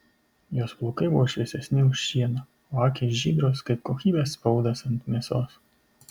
jos plaukai buvo šviesesni už šieną o akys žydros kaip kokybės spaudas ant mėsos